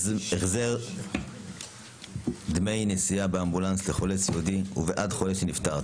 (החזר דמי נסיעה באמבולנס לחולה סיעודי ובעד חולה שנפטר),